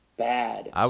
bad